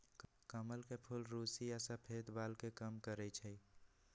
कमल के फूल रुस्सी आ सफेद बाल के कम करई छई